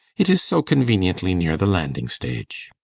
it is so conveniently near the landing-stage.